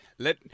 Let